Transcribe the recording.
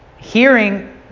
Hearing